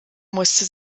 musste